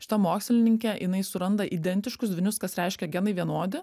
šita mokslininkė jinai suranda identiškus dvynius kas reiškia genai vienodi